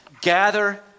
gather